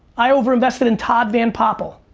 i overinvested in todd van poppel.